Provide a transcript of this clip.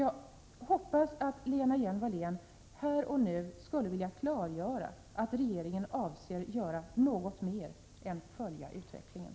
Jag hoppas att Lena Hjelm-Wallén här och nu skulle vilja klargöra att regeringen avser att göra något mer än att följa utvecklingen.